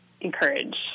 encourage